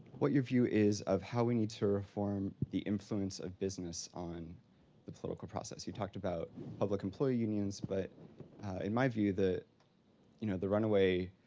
what your view is of how we need to reform the influence of business on the political process. you talked about public employee unions. but in my view, the you know, the runaway